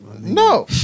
No